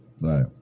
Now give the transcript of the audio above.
Right